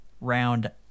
round